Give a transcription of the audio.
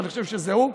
אני חושב שזה הוא,